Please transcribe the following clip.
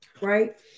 right